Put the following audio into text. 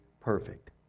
perfect